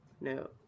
No